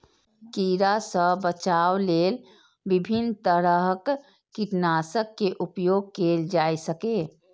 कीड़ा सं बचाव लेल विभिन्न तरहक कीटनाशक के उपयोग कैल जा सकैए